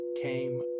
came